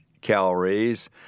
Calories